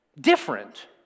different